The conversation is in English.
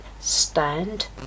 stand